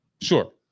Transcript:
Sure